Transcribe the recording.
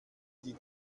die